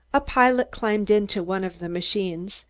a pilot climbed into one of the machines.